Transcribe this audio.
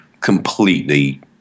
completely